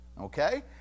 okay